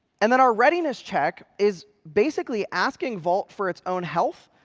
and then our readiness check is basically asking vault for its own health,